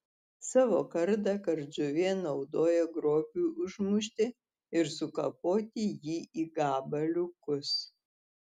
savo kardą kardžuvė naudoja grobiui užmušti ir sukapoti jį į gabaliukus